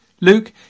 Luke